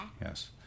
Yes